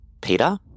Peter